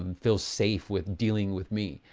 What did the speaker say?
um feel safe with dealing with me.